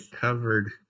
covered